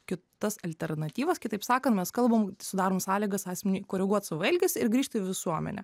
kitas alternatyvas kitaip sakan mes kalbam sudarom sąlygas asmeniui koreguot savo elgesį ir grįžt į visuomenę